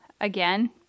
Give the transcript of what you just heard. again